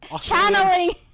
channeling